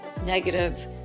negative